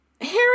Harry